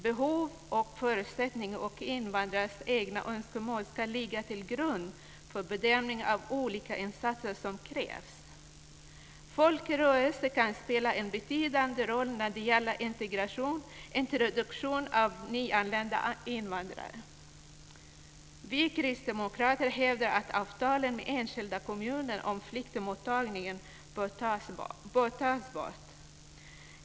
Behov, förutsättningar och invandrares egna önskemål ska ligga till grund för bedömning av olika insatser som krävs. Folkrörelser kan spela en betydande roll när det gäller integration och introduktion av nyanlända invandrare. Vi kristdemokrater hävdar att avtalen med enskilda kommuner om flyktingmottagning bör tas bort.